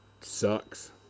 sucks